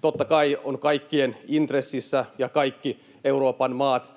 Totta kai on kaikkien intressissä ja kaikkien Euroopan maiden